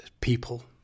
people